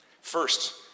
First